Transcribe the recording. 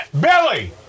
Billy